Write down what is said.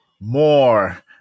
more